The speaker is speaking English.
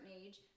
age